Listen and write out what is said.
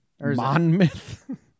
Monmouth